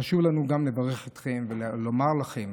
חשוב לנו גם לברך אתכם ולומר לכם